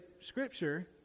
scripture